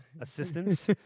Assistance